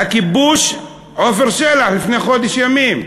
הכיבוש עפר שלח, לפני חודש ימים: